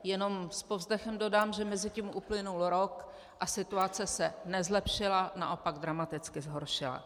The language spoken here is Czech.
Jenom s povzdechem dodám, že mezitím uplynul rok a situace se nezlepšila, naopak dramaticky zhoršila.